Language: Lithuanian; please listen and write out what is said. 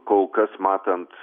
kol kas matant